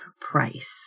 price